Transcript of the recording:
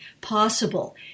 possible